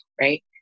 right